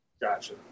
Gotcha